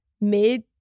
mid